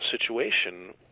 situation